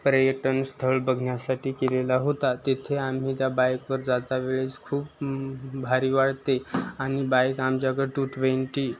पर्यटनस्थळ बघण्यासाठी केलेला होता तिथे आम्ही त्या बाईकवर जातावेळेस खूप भारी वाटते आणि बाईक आमच्याकडं टू ट्वेंटी